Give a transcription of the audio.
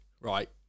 right